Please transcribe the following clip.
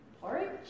porridge